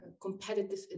competitive